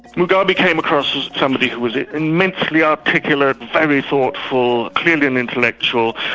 mugabe came across as somebody who was immensely articulate, very thoughtful, clearly an intellectual,